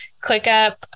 ClickUp